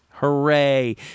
Hooray